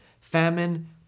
famine